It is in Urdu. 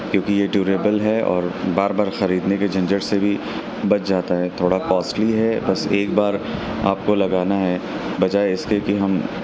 کیونکہ یہ ٹیوریبل ہے اور بار بار خریدنے کے جھنجھٹ سے بھی بچ جاتا ہے تھوڑا کوسٹلی ہے بس ایک بار آپ کو لگانا ہے بجائے اس کے کہ ہم